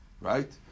Right